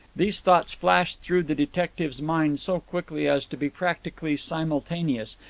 these thoughts flashed through the detective's mind so quickly as to be practically simultaneous,